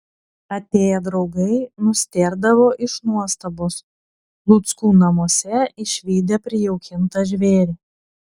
atėję draugai nustėrdavo iš nuostabos luckų namuose išvydę prijaukintą žvėrį